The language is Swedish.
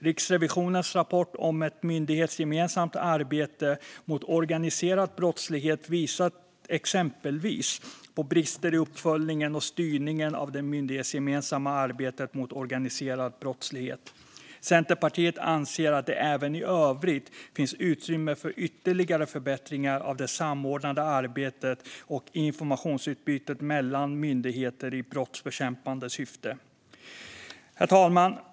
Riksrevisionens rapport om ett myndighetsgemensamt arbete mot organiserad brottslighet visar exempelvis på brister i uppföljningen och styrningen av det myndighetsgemensamma arbetet mot organiserad brottslighet. Centerpartiet anser att det även i övrigt finns utrymme för ytterligare förbättringar av det samordnande arbetet och av informationsutbytet mellan myndigheter i brottsbekämpande syfte. Herr talman!